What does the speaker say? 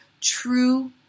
true